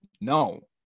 No